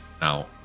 Now